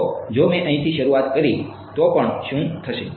તો જો મેં અહીંથી શરૂઆત કરી તો પણ શું થશે